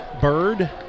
Bird